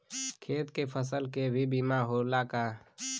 खेत के फसल के भी बीमा होला का?